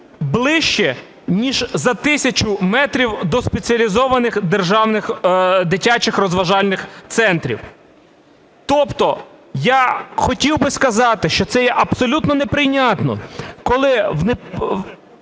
ближче ніж за 1 тисячу метрів до спеціалізованих державних дитячих розважальних центрів. Тобто я хотів би сказати, що це є абсолютно неприйнятно, коли